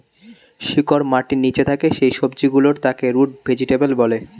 শিকড় মাটির নিচে থাকে যেই সবজি গুলোর তাকে রুট ভেজিটেবল বলে